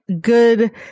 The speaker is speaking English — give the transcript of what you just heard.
good